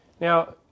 Now